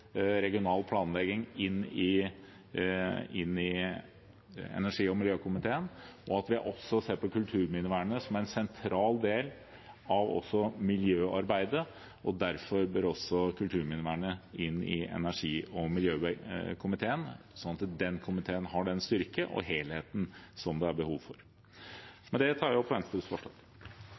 regional planlegging inn i energi- og miljøkomiteen. Vi bør også se på kulturminnevernet som en sentral del av miljøarbeidet, og derfor bør også kulturminnevernet inn i energi- og miljøkomiteen, slik at den komiteen har den styrken og helheten som det er behov for. Med det tar jeg opp Venstres forslag.